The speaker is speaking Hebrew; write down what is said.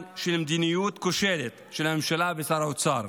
של מדיניות כושלת של הממשלה ושר האוצר,